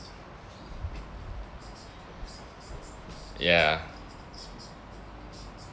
ya